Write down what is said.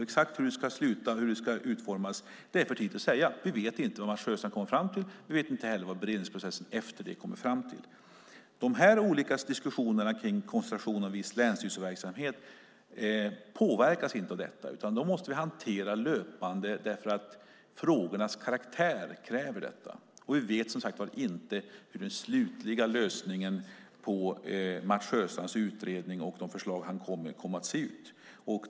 Exakt hur det ska sluta och hur det ska utformas är för tidigt att säga. Vi vet inte vad Mats Sjöstrand kommer fram till. Vi vet inte heller vad beredningsprocessen efter det kommer fram till. De olika diskussionerna om koncentration av viss länsstyrelseverksamhet påverkas inte av detta. Dem måste vi hantera löpande; frågornas karaktär kräver detta. Vi vet som sagt inte hur den slutliga lösningen kommer att se ut efter Mats Sjöstrands utredning och de förslag han kommer med.